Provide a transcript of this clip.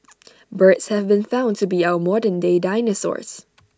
birds have been found to be our modern day dinosaurs